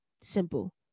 Simple